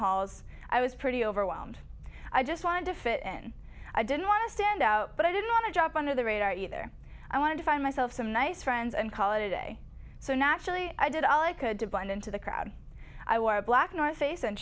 halls i was pretty overwhelmed i just wanted to fit in i didn't want to stand out but i didn't want to jump under the radar either i wanted to find myself some nice friends and call it a day so naturally i did all i could to blend into the crowd i wore a black in our face and